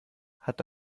hat